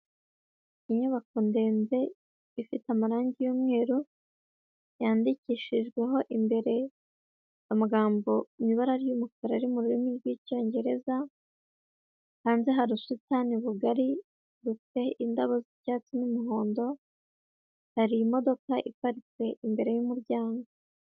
Inyubako ndende ifite amarangi y'umweru yandikishijweho imbere amagambo mu ibara ry'umukara ari mu rurimi rw'Icyongereza, hanze hari ubusitani bugari bufite indabo z'icyatsi n'umuhondo, hari imodoka iparitse imbere y'umuryango.